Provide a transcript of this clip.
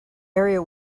area